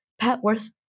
Petworth